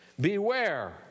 Beware